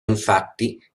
infatti